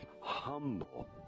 humble